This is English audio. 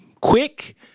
quick